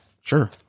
sure